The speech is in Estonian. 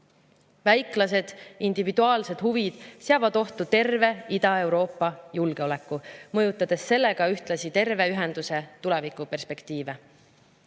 Väiklased individuaalsed huvid seavad ohtu terve Ida-Euroopa julgeoleku, mõjutades sellega ühtlasi terve ühenduse tulevikuperspektiive. Mida